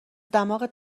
دماغت